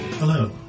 Hello